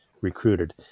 recruited